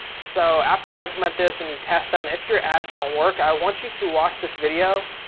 so after you implement this and you test them, if your ads don't work i want you to watch this video.